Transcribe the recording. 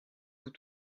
vous